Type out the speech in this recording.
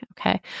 Okay